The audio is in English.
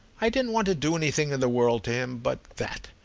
i didn't want to do anything in the world to him but that.